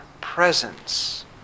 presence